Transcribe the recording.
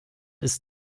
ist